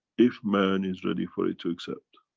if man is ready for it to accept.